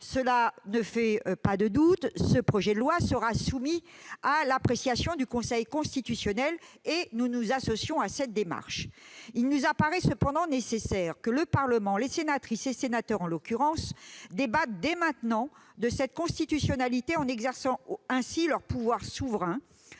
Cela ne fait pas de doute, ce projet de loi sera soumis à l'appréciation du Conseil constitutionnel, et nous nous associons à cette démarche. Il nous paraît cependant nécessaire que le Parlement, notamment le Sénat, débatte dès maintenant de cette constitutionnalité, exerçant ainsi son pouvoir souverain,